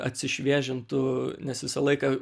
atsišviežintų nes visą laiką